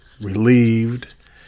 relieved